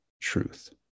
truth